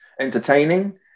entertaining